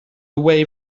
away